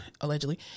allegedly